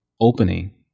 opening